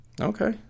Okay